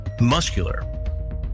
muscular